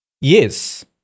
Yes